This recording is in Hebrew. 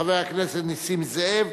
חבר הכנסת נסים זאב,